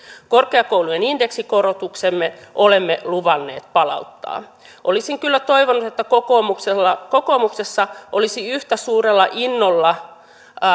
korkeakoulujen indeksikorotuksen me olemme luvanneet palauttaa olisin kyllä toivonut että kokoomuksessa olisi yhtä suurella innolla